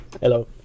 Hello